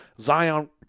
Zion